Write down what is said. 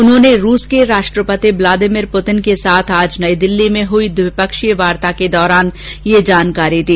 उन्होंने रूस के राष्ट्रपति ब्लादिमीर पुतिन के साथ आज नई दिल्ली में हुई द्विपक्षीय वार्ता के दौरान यह जानकारी दी